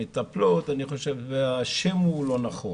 מטפלות אני חושב שהשם הוא לא נכון,